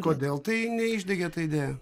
kodėl tai neišdegė ta idėja